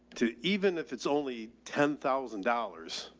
to, even if it's only ten thousand dollars,